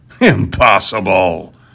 Impossible